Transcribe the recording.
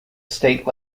state